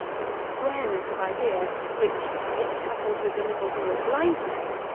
and a squareness of idea which, if coupled with a little more blindness,